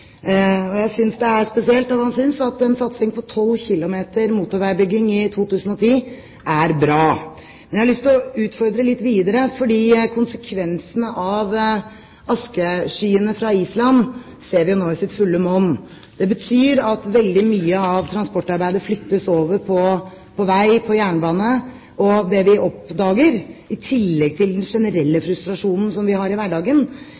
og jeg synes at det er spesielt at han synes at en satsing på 12 kilometer motorveibygging i 2010 er bra. Men jeg har lyst til å utfordre litt videre, fordi konsekvensene av askeskyene fra Island ser vi jo nå i sitt fulle monn. Det betyr at veldig mye av transportarbeidet flyttes over på vei, på jernbane, og det vi oppdager, i tillegg til den generelle frustrasjonen som vi har i hverdagen,